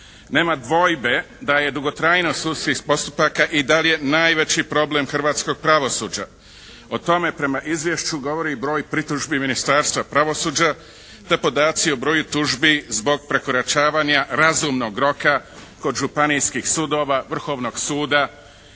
Nema dvojbe da je dugotrajnost sudskih postupaka i dalje najveći problem hrvatskog pravosuđa. O tome prema izvješću govori i broj pritužbi Ministarstva pravosuđa, te podaci o broju tužbi zbog prekoračavanja razumnog roka kod županijskih sudova, Vrhovnog suda